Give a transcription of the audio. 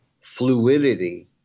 fluidity